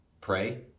pray